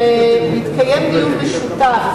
שיתקיים דיון משותף,